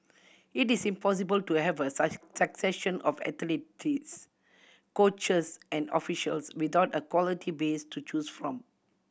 it is impossible to have a succession of athletes coaches and officials without a quality base to choose from